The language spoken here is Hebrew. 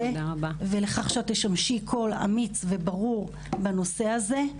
ולכך שאת תשמשי קול אמיץ וברור בנושא הזה.